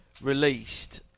released